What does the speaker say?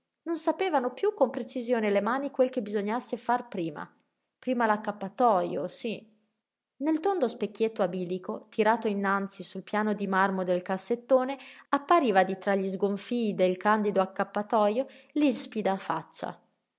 non sapevano piú con precisione le mani quel che bisognasse far prima prima l'accappatojo sí nel tondo specchietto a bilico tirato innanzi sul piano di marmo del cassettone appariva di tra gli sgonfii del candido accappatojo l'ispida faccia